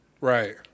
Right